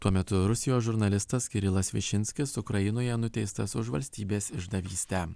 tuo metu rusijos žurnalistas kirilas višinskis ukrainoje nuteistas už valstybės išdavystę